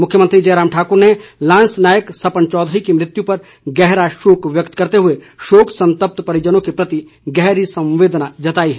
मुख्यमंत्री जयराम ठाकुर ने लांस नायक सपन चौधरी की मुत्यु पर गहरा शोक व्यक्त करते हुए शोक संतप्त परिजनों के प्रति गहरी संवेदना जताई है